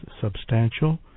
substantial